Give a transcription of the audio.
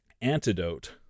antidote